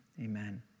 amen